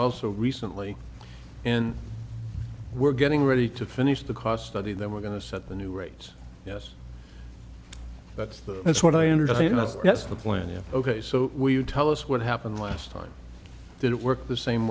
also recently and we're getting ready to finish the cost study then we're going to set the new rates yes that's the that's what i understand that's that's the plan yeah ok so we you tell us what happened last time did it work the same